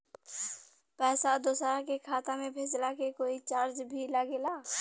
पैसा दोसरा के खाता मे भेजला के कोई चार्ज भी लागेला?